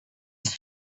his